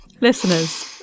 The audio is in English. Listeners